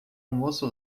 almoço